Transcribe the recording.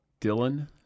Dylan